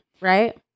right